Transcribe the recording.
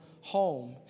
home